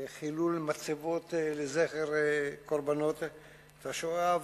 חילול מצבות לזכר קורבנות השואה,